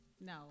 no